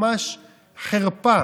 ממש חרפה